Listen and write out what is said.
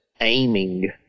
aiming